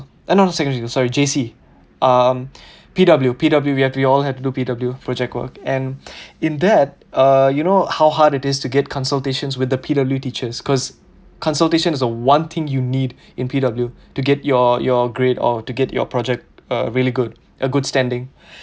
eh no no not secondary school sorry J_C um P_W P_W we all have to do P_W project work and in that uh you know how hard it is to get consultations with the P_W teachers cause consultations is a one thing you need in P_W to get your your grade or to get your project a really good a good standing